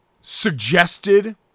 suggested